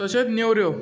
तशेंच नेवऱ्यो